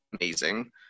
amazing